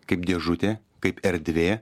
kaip dėžutė kaip erdvė